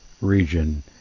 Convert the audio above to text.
region